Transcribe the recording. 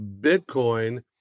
bitcoin